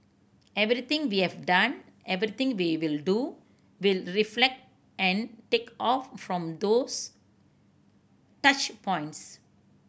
everything we have done everything we will do will reflect and take off from those touch points